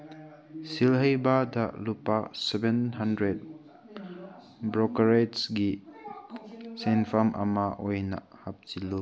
ꯁꯤꯜꯍꯩꯕꯗ ꯂꯨꯄꯥ seven hundred ꯕ꯭ꯔꯣꯀꯦꯔꯦꯖꯀꯤ ꯁꯦꯟꯐꯝ ꯑꯃ ꯑꯣꯏꯅ ꯍꯥꯞꯆꯤꯜꯂꯨ